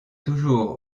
toujours